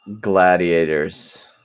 gladiators